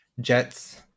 Jet's